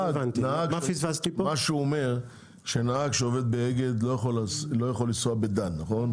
מה שהוא אומר שנהג של אגד לא יכול לנסוע בדן נכון?